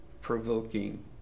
provoking